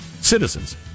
citizens